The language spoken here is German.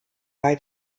bei